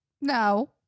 No